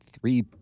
three